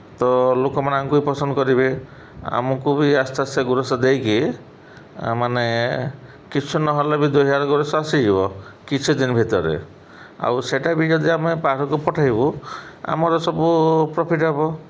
ତ ଲୋକମାନେ ଆମକୁ ବି ପସନ୍ଦ କରିବେ ଆମକୁ ବି ଆସ୍ତେ ଆସ୍ତେ ଗୁରସ ଦେଇକି ମାନେ କିଛି ନହେଲେ ବି ଦୁଇ ହଜାର ଗୁରସ ଆସିଯିବ କିଛି ଦିନ ଭିତରେ ଆଉ ସେଇଟା ବି ଯଦି ଆମେ ବାହାରକୁ ପଠାଇବୁ ଆମର ସବୁ ପ୍ରଫିଟ୍ ହେବ